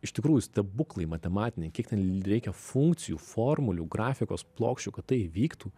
iš tikrųjų stebūklai matematiniai kiek ten reikia funkcijų formulių grafikos plokščių kad tai įvyktų